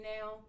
now